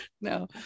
No